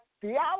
theology